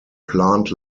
plant